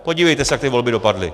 Podívejte se, jak ty volby dopadly.